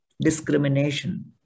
discrimination